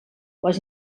les